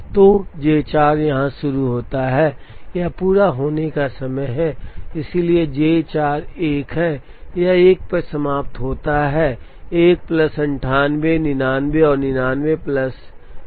तो J 4 यहाँ शुरू होता है यह पूरा होने का समय है इसलिए J 4 1 है यह 1 पर समाप्त होता है 1 प्लस 98 99 और 99 प्लस 9 108 है